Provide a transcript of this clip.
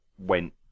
went